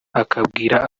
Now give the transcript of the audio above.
akabwira